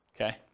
okay